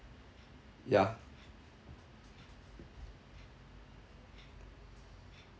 ya